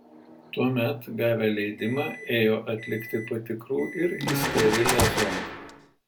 tuomet gavę leidimą ėjo atlikti patikrų ir į sterilią zoną